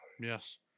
Yes